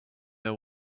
know